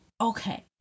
Okay